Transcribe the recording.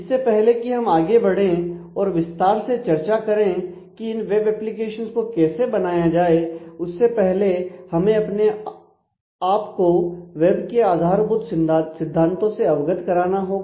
इससे पहले कि हम आगे बढ़े और विस्तार से चर्चा करें कि इन वेब एप्लिकेशंस को कैसे बनाया जाए उससे पहले हमें अपने आपको वेब के आधारभूत सिद्धांतों से अवगत कराना होगा